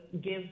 give